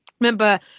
Remember